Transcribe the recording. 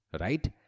right